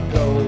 go